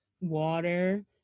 water